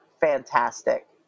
fantastic